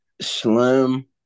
Slim